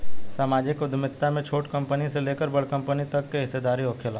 सामाजिक उद्यमिता में छोट कंपनी से लेकर बड़ कंपनी तक के हिस्सादारी होखेला